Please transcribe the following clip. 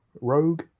rogue